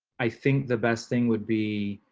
i think the best thing would be